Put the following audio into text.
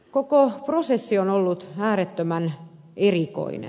koko prosessi on ollut äärettömän erikoinen